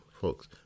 folks